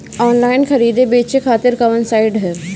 Online खरीदे बेचे खातिर कवन साइड ह?